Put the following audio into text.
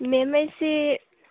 ꯃꯦꯝ ꯑꯩꯁꯤ